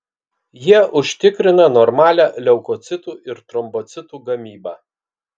jie užtikrina normalią leukocitų ir trombocitų gamybą